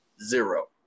zero